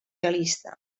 realista